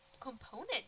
component